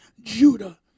Judah